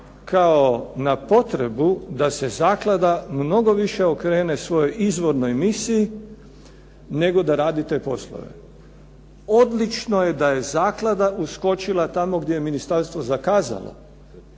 kao na potrebu da se zaklada mnogo više okrene svojoj izvornoj misiji, nego da radi te poslove. Odlično je da je zaklada uskočila tamo gdje je ministarstvo zakazalo,